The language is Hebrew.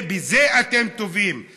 זה מה שאתם טובים בו, ועוד הרתעה.